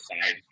side